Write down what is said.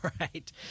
right